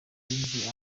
binjiye